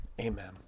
Amen